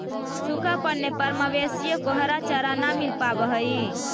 सूखा पड़ने पर मवेशियों को हरा चारा न मिल पावा हई